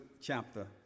chapter